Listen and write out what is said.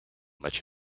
much